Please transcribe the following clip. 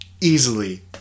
easily